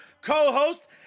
co-host